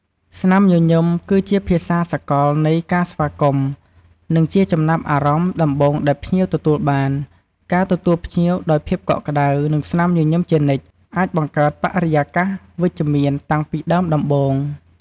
ស្នាមញញឹម គឺជាភាសាសកលនៃការស្វាគមន៍ និងជាចំណាប់អារម្មណ៍ដំបូងដែលភ្ញៀវទទួលបាន ការទទួលភ្ញៀវដោយភាពកក់ក្តៅ និងស្នាមញញឹមជានិច្ច អាចបង្កើតបរិយាកាសវិជ្ជមានតាំងពីដើមដំបូង។